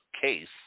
case